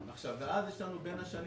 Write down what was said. אז יש לנו בין השנים